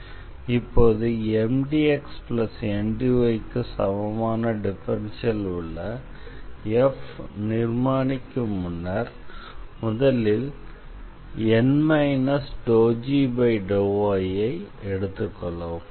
இப்போது MdxNdy க்கு சமமான டிஃபரன்ஷியல் உள்ள f நிர்மாணிக்கும் முன்னர் முதலில் N ∂g∂y ஐ எடுத்துக்கொள்ளவும்